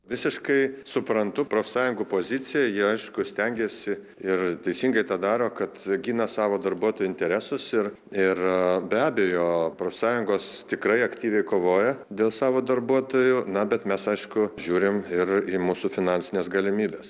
visiškai suprantu profsąjungų poziciją jie aišku stengiasi ir teisingai tą daro kad gina savo darbuotojų interesus ir ir be abejo profsąjungos tikrai aktyviai kovoja dėl savo darbuotojų na bet mes aišku žiūrim ir į mūsų finansines galimybes